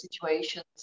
situations